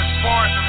sports